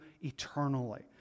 eternally